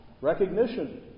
recognition